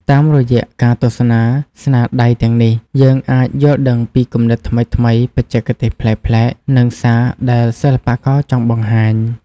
តាមរយៈការទស្សនាស្នាដៃទាំងនេះ យើងអាចយល់ដឹងពីគំនិតថ្មីៗ បច្ចេកទេសប្លែកៗ និងសារដែលសិល្បករចង់បង្ហាញ។